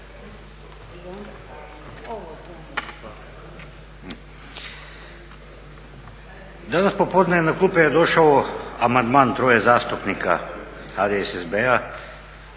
Danas popodne na klube je došao amandman troje zastupnika HDSSB-a